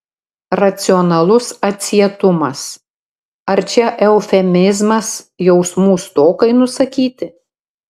racionalus atsietumas ar čia eufemizmas jausmų stokai nusakyti